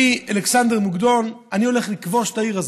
אני אלכסנדר מוקדון, אני הולך לכבוש את העיר הזאת.